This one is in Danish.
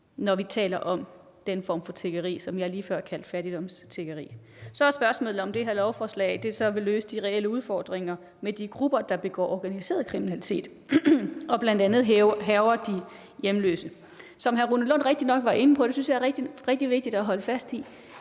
når vi taler om den form for tiggeri, jeg lige før kaldte fattigdomstiggeri. Så er spørgsmålet, om det her lovforslag vil løse de reelle udfordringer med de grupper, der begår organiseret kriminalitet og bl.a. hærger der, hvor de hjemløse er. Som hr. Rune Lund rigtigt nok var inde på – det synes jeg er rigtig vigtigt at holde fast i